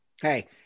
Hey